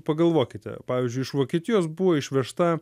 pagalvokite pavyzdžiui iš vokietijos buvo išvežta